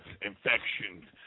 infection